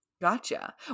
Gotcha